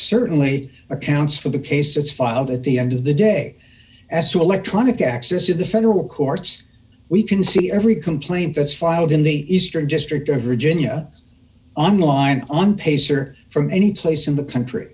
certainly accounts for the cases filed at the end of the day as to electronic access to the federal courts we can see every complaint that's filed in the eastern district of virginia online on pacer from anyplace in the country